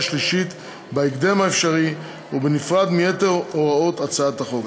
השלישית בהקדם האפשרי ובנפרד מיתר הוראות הצעת החוק.